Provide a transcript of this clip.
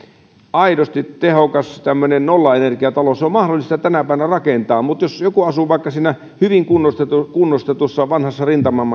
aidosti tehokas nollaenergiatalo on mahdollista tänä päivänä rakentaa mutta jos joku asuu vaikka hyvin kunnostetussa kunnostetussa vanhassa